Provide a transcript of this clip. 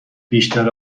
بیشتر